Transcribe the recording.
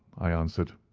i answered,